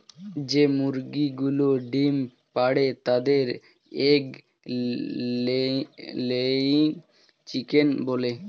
যে মুরগিগুলো ডিম পাড়ে তাদের এগ লেয়িং চিকেন বলে